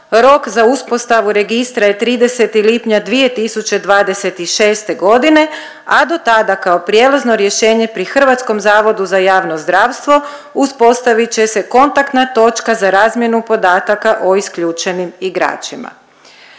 Rok za uspostavu registra je 30. lipnja 2026. godine, a dotada kao prijelazno rješenje pri Hrvatskom zavodu za javno zdravstvo uspostavit će se kontaktna točka za razmjenu podataka o isključenim igračima.